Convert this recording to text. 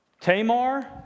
Tamar